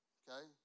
okay